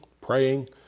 praying